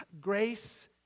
grace